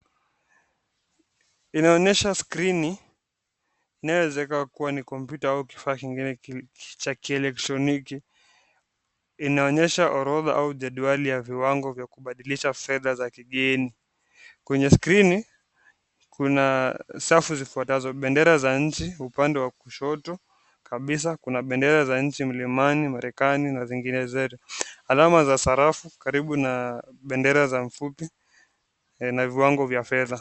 Inaonyesha skrini inayoweza kuwa ni kompyuta au kifaa kingine cha kielektroniki. Inaonyesha orodha au jedwali ya viwango vya kubadilisha fedha za kigeni. Kwenye skrini kuna safu zifuatazo. Bendera za nchi upande wa kushoto kabisa, kuna bendera za nchi Ulimani, Marekani na zingine zote. Alama za sarafu karibu na bendera za mfupi na viwango vya fedha.